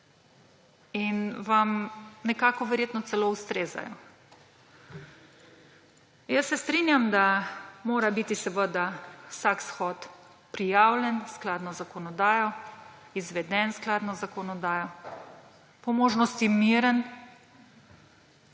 In vam verjetno celo ustrezajo. Jaz se strinjam, da mora biti vsak shod prijavljen skladno z zakonodajo, izveden skladno z zakonodajo, po možnosti miren